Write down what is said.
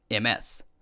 MS